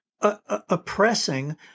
oppressing